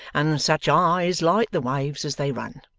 and such eyes light the waves as they run.